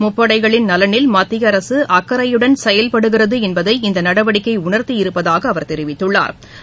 முப்படைகளின் நலனில் மத்திய அரசு அக்கறையுடன் செயல்படுகிறது என்பதை இந்த நடவடிக்கை உணர்த்தியிருப்பதாக அவர் தெரிவித்துள்ளா்